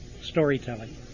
storytelling